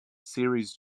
series